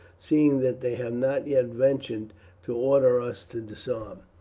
seeing that they have not yet ventured to order us to disarm.